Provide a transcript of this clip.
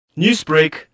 Newsbreak